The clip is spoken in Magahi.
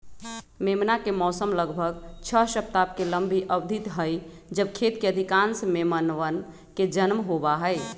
मेमना के मौसम लगभग छह सप्ताह के लंबी अवधि हई जब खेत के अधिकांश मेमनवन के जन्म होबा हई